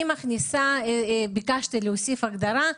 אני ביקשתי להוסיף הגדרה: